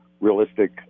realistic